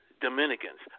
Dominicans